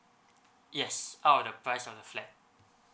yes out of the price of the flat